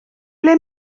ble